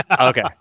Okay